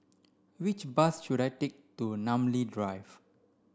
which bus should I take to Namly Drive